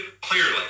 clearly